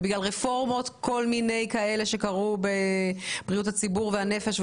בגלל כל מיני רפורמות שקרו בבריאות הציבור והנפש,